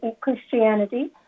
Christianity